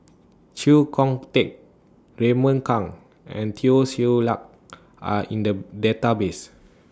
Chee Kong Tet Raymond Kang and Teo Ser Luck Are in The Database